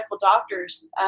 doctors